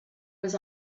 was